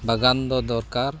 ᱵᱟᱜᱟᱱ ᱫᱚ ᱫᱚᱨᱠᱟᱨ